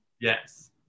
yes